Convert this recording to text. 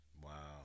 Wow